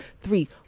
three